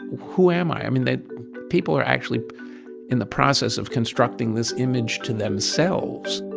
who am i? i mean, the people are actually in the process of constructing this image to themselves